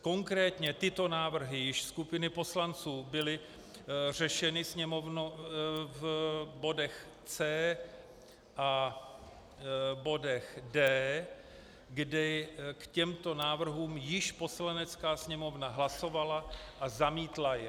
Konkrétně tyto návrhy skupiny poslanců byly již řešeny Sněmovnou v bodech C a v bodech D, kdy k těmto návrhům již Poslanecká sněmovna hlasovala a zamítla je.